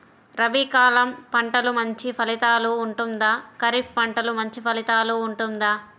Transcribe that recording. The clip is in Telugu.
రబీ కాలం పంటలు మంచి ఫలితాలు ఉంటుందా? ఖరీఫ్ పంటలు మంచి ఫలితాలు ఉంటుందా?